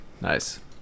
Nice